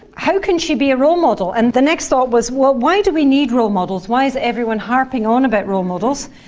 how can she be a role model? and the next thought was, well, why do we need role models? why is everyone harping on about role models?